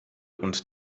und